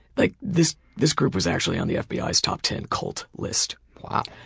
like this this group was actually on the fbi's top ten cult list. wow.